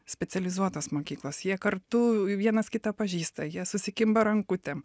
specializuotos mokyklos jie kartu vienas kitą pažįsta jie susikimba rankutėmis